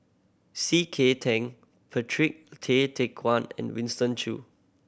C K Tang Patrick Tay Teck Guan and Winston Choo